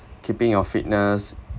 keeping your fitness